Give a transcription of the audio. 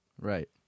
Right